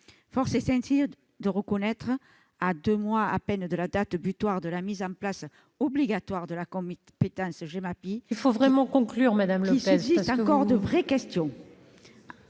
Force est ainsi de reconnaître, à deux mois à peine de la date butoir de la mise en place obligatoire de la compétence Gemapi, qu'il subsiste encore de véritables questions.